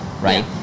right